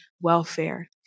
welfare